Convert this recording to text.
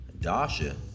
Dasha